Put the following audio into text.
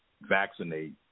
vaccinate